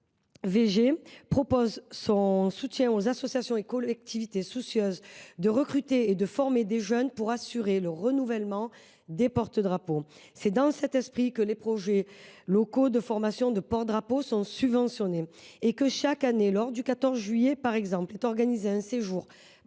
L’ONaCVG propose aux associations et collectivités soucieuses de recruter de former des jeunes pour assurer le renouvellement des porte drapeaux. C’est dans cet esprit que les projets locaux de formation de porte drapeaux sont subventionnés et que, chaque année, à l’occasion du 14 juillet, est organisé un séjour